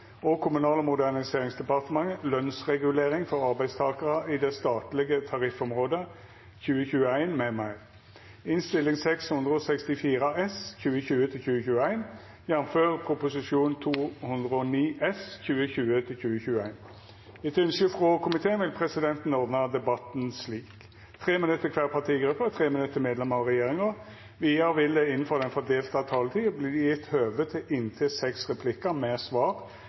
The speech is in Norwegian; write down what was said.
frå kommunal- og forvaltingskomiteen vi presidenten ordna debatten slik: 3 minutt til kvar partigruppe og 3 minutt til medlemer av regjeringa. Vidare vil det – innanfor den fordelte taletida – verta gjeve høve til inntil seks replikkar med svar